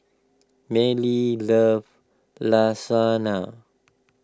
Manly loves Lasagna